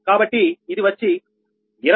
కాబట్టి ఇది వచ్చి 22